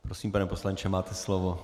Prosím, pane poslanče, máte slovo.